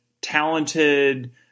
talented